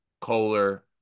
Kohler